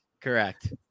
Correct